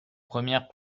première